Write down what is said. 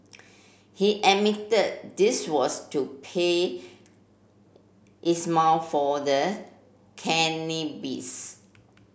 he admitted this was to pay Ismail for the cannabis